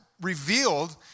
revealed